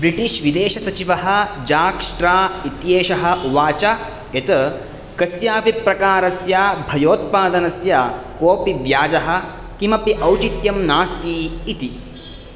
British विदेशसचिवः Jack Straw इत्येषः उवाच यत् कस्यापि प्रकारस्य भयोत्पादनस्य कोऽपि व्याजः किमपि औचित्यं नास्ति इति